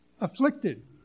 afflicted